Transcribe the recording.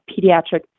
pediatric